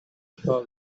hug